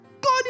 God